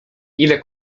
ile